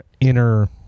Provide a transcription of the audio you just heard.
inner